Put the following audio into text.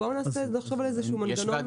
בואו ננסה לחשוב על מנגנון משולב.